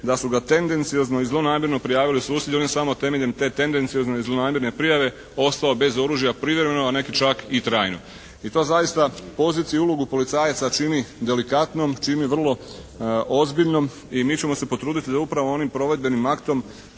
da su ga tendenciozno i zlonamjerno prijavili susjedi, on je samo temeljem te tendenciozne i zlonamjerne prijave ostao bez oružja privremeno, a neki čak i trajno i to zaista poziciju i ulogu policajaca čini delikatnom, čini vrlo ozbiljnom i mi ćemo se potruditi da upravo onim provedbenim aktom